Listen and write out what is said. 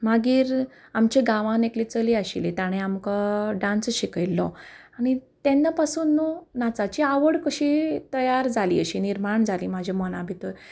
मागीर आमच्या गांवान एकले चली आशिल्ली ताणें आमकां डान्स शिकयल्लो आनी तेन्ना पासून नाचाची आवड कशी तयार जाली अशी निर्माण जाली म्हाज्या मना भितर